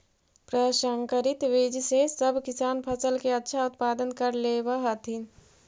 प्रसंकरित बीज से सब किसान फसल के अच्छा उत्पादन कर लेवऽ हथिन